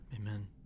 Amen